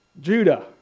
Judah